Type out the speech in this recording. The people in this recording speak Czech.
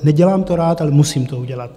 Nedělám to rád, ale musím to udělat.